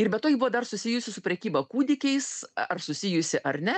ir be to ji buvo dar susijusi su prekyba kūdikiais ar susijusi ar ne